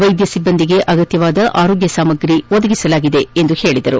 ವೈದ್ಯ ಸಿಬ್ಬಂದಿಗೆ ಬೇಕಾದ ಆರೋಗ್ಯ ಸಾಮಾಗ್ರಿ ಸದಗಿಸಲಾಗಿದೆ ಎಂದು ಹೇಳಿದರು